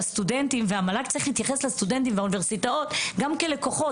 המל"ג צריך להתייחס לסטודנטים באוניברסיטאות גם כאל לקוחות.